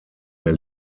der